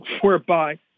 whereby